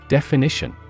Definition